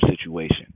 situation